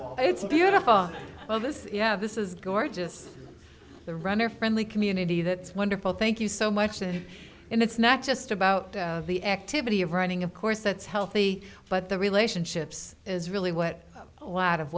think it's a beautiful well this is yeah this is gorgeous the runner friendly community that wonderful thank you so much and it's not just about the activity of running of course that's healthy but the relationships is really what a lot of